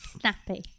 Snappy